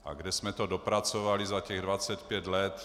A kam jsme to dopracovali za těch 25 let?